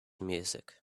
music